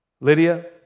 Lydia